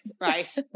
Right